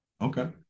Okay